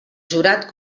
jurat